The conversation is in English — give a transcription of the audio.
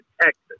Texas